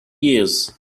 years